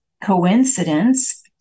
coincidence